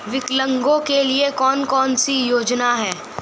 विकलांगों के लिए कौन कौनसी योजना है?